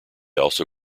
also